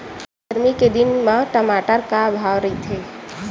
गरमी के दिन म टमाटर का भाव रहिथे?